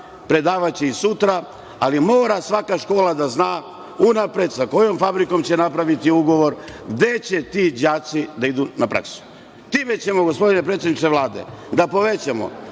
predavaće i sutra, ali mora svaka škola da zna unapred sa kojom fabrikom će napraviti ugovor, gde će ti đaci da idu na praksu. Time ćemo, gospodine predsedniče Vlade, da povećamo